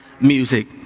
music